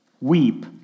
Weep